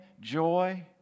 joy